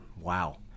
wow